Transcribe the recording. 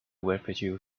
refuge